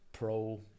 pro